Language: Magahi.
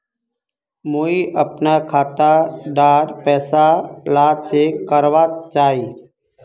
मुई अपना खाता डार पैसा ला चेक करवा चाहची?